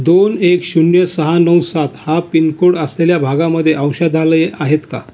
दोन एक शून्य सहा नऊ सात हा पिनकोड असलेल्या भागामध्ये औषधालयं आहेत का